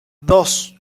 dos